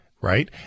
right